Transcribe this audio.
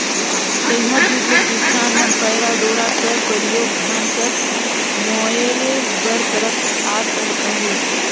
तइहा जुग ले किसान मन पैरा डोरा कर परियोग धान कर मोएर बर करत आत अहे